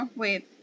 wait